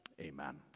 Amen